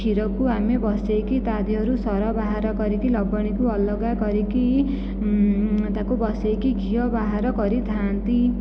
କ୍ଷୀରକୁ ଆମେ ବସାଇକି ତା' ଦେହରୁ ସର ବାହାର କରିକି ଲବଣୀଠୁ ଅଲଗା କରିକି ତାକୁ ବସାଇକି ଘିଅ ବାହାର କରିଥାନ୍ତି